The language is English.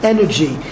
energy